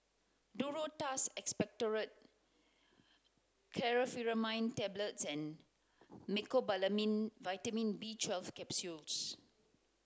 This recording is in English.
Duro Tuss Expectorant Chlorpheniramine Tablets and Mecobalamin Vitamin B twelfth Capsules